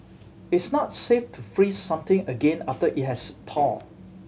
it's not safe to freeze something again after it has thawed